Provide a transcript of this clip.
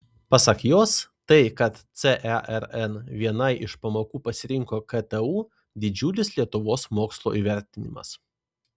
pasak jos tai kad cern vienai iš pamokų pasirinko ktu didžiulis lietuvos mokslo įvertinimas